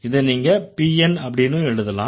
இதை நீங்க PN அப்படின்னும் எழுதலாம்